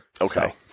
okay